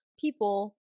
people